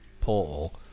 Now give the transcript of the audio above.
portal